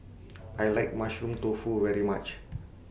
I like Mushroom Tofu very much